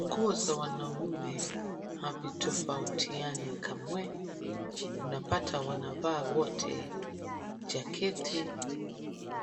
Nguo za wanaume haviyofautiani kamwe unapata wanavaa wote jaketi,